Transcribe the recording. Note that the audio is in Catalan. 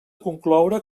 concloure